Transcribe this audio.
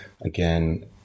again